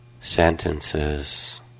sentences